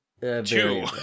Two